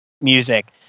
music